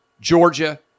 Georgia